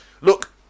Look